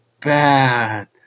Bad